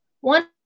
one